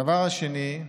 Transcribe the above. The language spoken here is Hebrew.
הדבר השני,